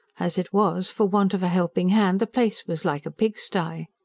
as it was, for want of a helping hand the place was like a pigsty.